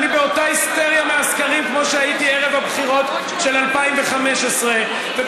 אני באותה היסטריה מהסקרים כמו שהייתי ערב הבחירות של 2015 וכמו